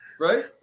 Right